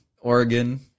Oregon